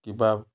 কিবা